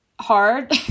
hard